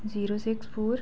zero six four